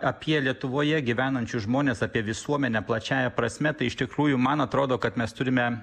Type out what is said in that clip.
apie lietuvoje gyvenančius žmones apie visuomenę plačiąja prasme tai iš tikrųjų man atrodo kad mes turime